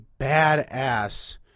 badass